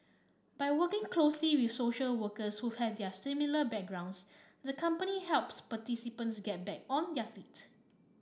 by working closely with social workers who have their similar backgrounds the company helps participants get back on their feet